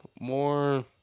More